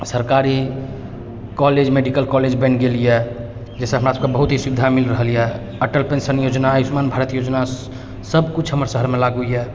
सरकारी college medical college बनी गेल यऽ जाहिसँ हमरा सभके बहुत ही सुविधा मिल रहल यऽ अटल पेन्शन योजना आयुष्मान भारत योजना सब किछु हमर शहरमे लागू यऽ